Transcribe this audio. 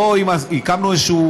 לא אם הקמנו איזשהו